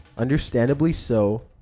understandably so.